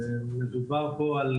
מדובר כאן על